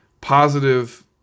positive